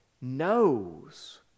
knows